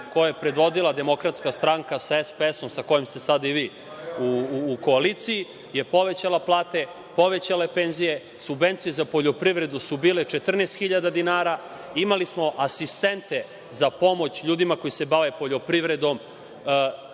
koju je predvodila Demokratska stranka sa SPS-om, sa kojim ste sada i vi u koaliciji, povećala je plate, povećala penzije, subvencije za poljoprivredu su bile 14.000 dinara i imali smo asistente za pomoć ljudima koji se bave poljoprivredom.